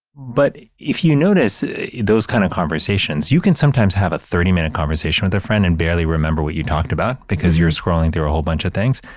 but if you notice those kind of conversations, you can sometimes have a thirty minute conversation with a friend and barely remember what you talked about because you're scrolling through a whole bunch of things.